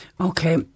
Okay